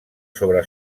sobre